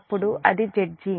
అప్పుడు అది Zg